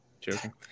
Joking